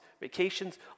vacations